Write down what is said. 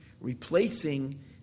replacing